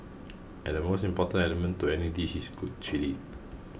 and the most important element to any dish is good chilli